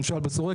למשל בשורק,